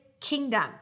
kingdom